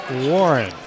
Warren